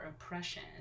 oppression